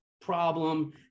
problem